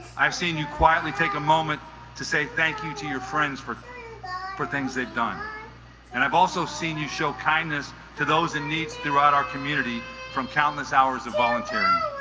i've seen you quietly take a moment to say thank you to your friends for for things they've done and i've also seen you show kindness to those in needs throughout our community from countless hours of volunteering